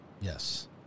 Yes